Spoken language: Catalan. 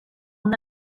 una